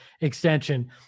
extension